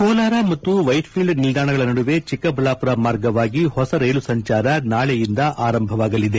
ಕೋಲಾರ ಮತ್ತು ವೈಟ್ಫೀಲ್ಡ್ ನಿಲ್ಲಾಣಗಳ ನಡುವೆ ಚಿಕ್ಕಬಳ್ಣಾಪುರ ಮಾರ್ಗವಾಗಿ ಹೊಸ ರೈಲು ಸಂಚಾರ ನಾಳೆಯಿಂದ ಆರಂಭವಾಗಲಿದೆ